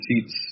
seats